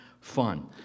fun